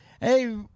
Hey